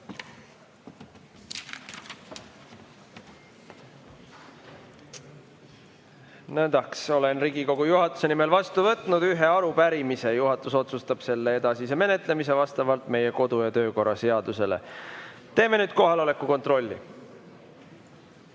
Nõndaks, olen Riigikogu juhatuse nimel vastu võtnud ühe arupärimise. Juhatus otsustab selle edasise menetlemise vastavalt meie kodu‑ ja töökorra seadusele. Teeme nüüd kohaloleku kontrolli.